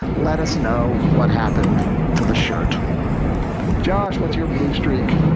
let us know what happened to the shirt josh, what's your blue streak?